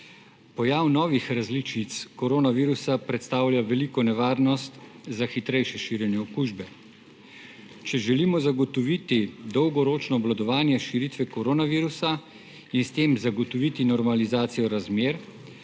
Pojav novih različic koronavirusa predstavlja veliko nevarnost za hitrejše širjenje okužbe. Če želimo zagotoviti dolgoročno obvladovanje širitve koronavirusa in s tem zagotoviti normalizacijo razmer,